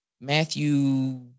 Matthew